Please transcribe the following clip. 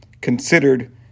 considered